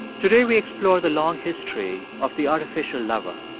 today, we explore the long history of the artificial lover.